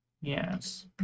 Yes